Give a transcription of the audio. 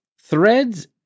threads